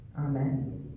Amen